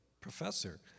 professor